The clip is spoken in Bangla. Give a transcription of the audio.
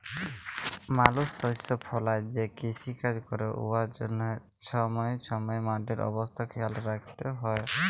মালুস শস্য ফলাঁয় যে কিষিকাজ ক্যরে উয়ার জ্যনহে ছময়ে ছময়ে মাটির অবস্থা খেয়াল রাইখতে হ্যয়